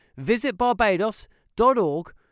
visitbarbados.org